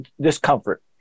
discomfort